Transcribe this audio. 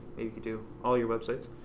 maybe you could do all your websites.